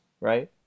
right